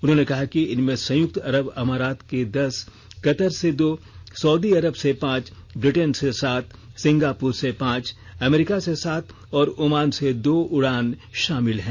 उन्होंने कहा कि इनमें संयुक्त अरब अमारात से दस कतर से दो सउदी अरब से पांच ब्रिटेन से सात सिंगापुर से पांच अमरीका से सात और ओमान से दो उड़ान शामिल हैं